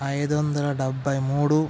ఐదు వందల డెబ్బై మూడు